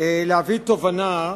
להביא תובנה,